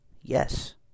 Yes